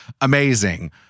amazing